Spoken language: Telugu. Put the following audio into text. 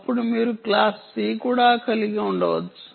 అప్పుడు మీరు క్లాస్ సి కూడా కలిగి ఉండవచ్చు